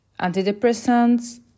antidepressants